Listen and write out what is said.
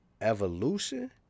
evolution